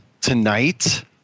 tonight